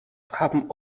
haben